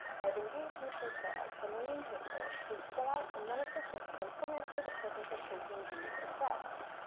i have engaged mr serres, the marine painter, who to go out in one of the ships from plymouth for the purpose of taking views of brest.